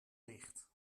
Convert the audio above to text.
licht